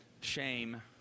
shame